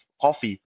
coffee